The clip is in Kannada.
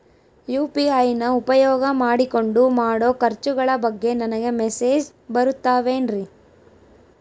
ಯು.ಪಿ.ಐ ನ ಉಪಯೋಗ ಮಾಡಿಕೊಂಡು ಮಾಡೋ ಖರ್ಚುಗಳ ಬಗ್ಗೆ ನನಗೆ ಮೆಸೇಜ್ ಬರುತ್ತಾವೇನ್ರಿ?